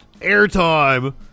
airtime